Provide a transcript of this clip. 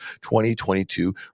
2022